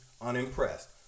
unimpressed